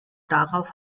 darauf